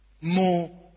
more